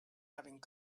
having